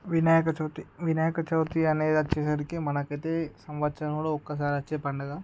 వినాయక చవితి వినాయక చవితి అనేది వచ్చేసరికి మనకైతే సంవత్సరంలో ఒకసారి వచ్చే పండుగ